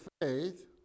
faith